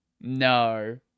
No